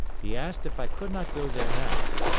he asked if i could not go there now.